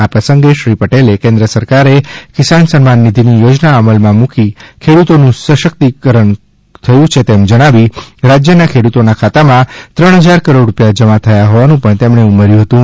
આ પ્રસંગે શ્રી પટેલે કેન્દ્ર સરકારે કિસાન સન્માન નિધિની યોજના મલમાં મૂકી ખેડૂતોનું સશ્કતિકરણ છે તેમ જણાવી રાજ્યના ખેડૂતોના ખાતામાં ત્રણ હજાર કરોડ રૂપિયા જમા થયા હોવાનું તેમણે ઉમેર્યુ હતું